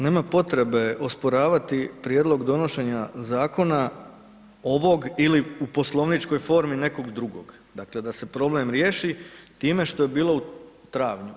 Nema potrebe osporavati prijedlog donošenja zakona ovoga ili u poslovničkoj formi nekog drugog dakle da se problem riješi time što bi bilo u travnju.